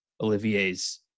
Olivier's